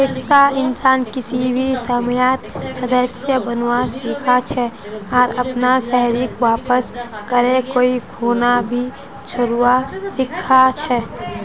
एकता इंसान किसी भी समयेत सदस्य बनवा सीखा छे आर अपनार शेयरक वापस करे कोई खूना भी छोरवा सीखा छै